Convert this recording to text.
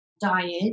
diet